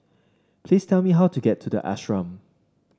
please tell me how to get to the Ashram